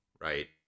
Right